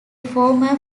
former